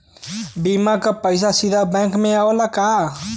बीमा क पैसा सीधे बैंक में आवेला का?